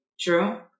True